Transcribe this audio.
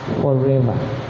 forever